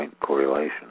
correlation